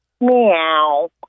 meow